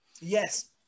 Yes